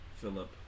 Philip